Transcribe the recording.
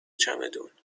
چمدون